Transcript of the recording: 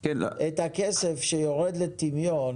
את הכסף שיורד לטמיון.